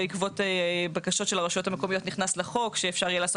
בעקבות בקשות של הרשויות המקומיות נכנס לחוק שאפשר יהיה לעשות